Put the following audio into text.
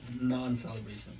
non-celebration